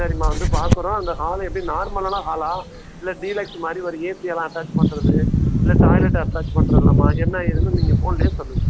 சரிம்மா வந்து பார்க்குறோம் அந்த ஹாலு எப்படி நார்மலான ஹாலாக இல்லை டீலெக்ஸ் மாதிரி ஒரு ஏசியெல்லாம் அட்டேச் பண்ணுறது இல்லை டாய்லெட் அட்டேச் பண்றதுலாம்மா என்ன ஏதுன்னு நீங்கள் ஃபோன்லையே சொல்லுங்கள்